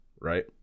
right